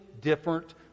different